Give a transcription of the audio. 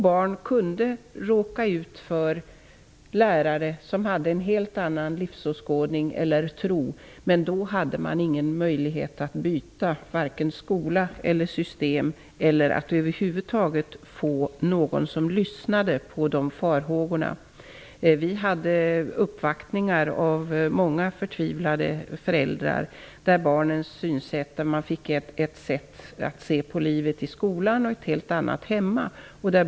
Barn kunde råka ut för lärare som hade en helt annan livsåskådning eller tro. Men då fanns det inte någon möjlighet att byta skola eller system eller att över huvud taget få någon att lyssna på farhågorna. Vi har uppvaktats av många förtvivlade föräldrar om det synsätt som förmedlades barnen. Barnen fick ett sätt att se på livet i skolan och ett helt annat hemma.